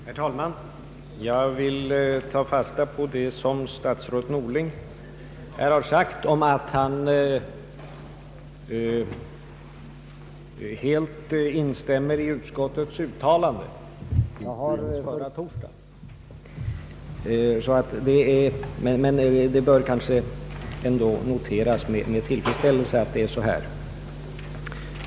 Herr talman! Jag vill ta fasta på att statsrådet Norling helt instämmer i utskottets uttalande. Jag har för min personliga del inte förutsatt någonting annat och gjorde det inte ens förra torsdagen, men statsrådet Norlings uttalande nu bör kanske ändå noteras med ytterligare tillfredsställelse.